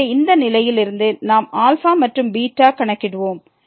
எனவே இந்த நிலையில் இருந்து நாம் α மற்றும் β கணக்கிடுவோம்